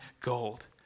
gold